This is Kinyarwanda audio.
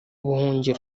buhungiro